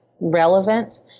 relevant